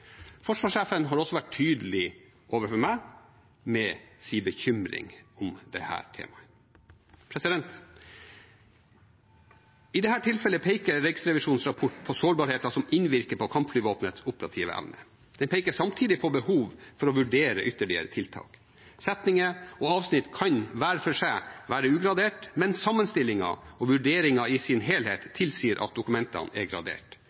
Forsvarssjefen har også vært tydelig overfor meg med sin bekymring om dette temaet. I dette tilfellet peker Riksrevisjonens rapport på sårbarheter som innvirker på kampflyvåpenets operative evne. Den peker samtidig på behov for å vurdere ytterligere tiltak. Setninger og avsnitt kan hver for seg være ugradert, men sammenstillingen og vurderingen i sin helhet tilsier at dokumentene er gradert.